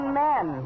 men